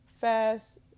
fast